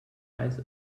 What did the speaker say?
eyes